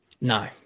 No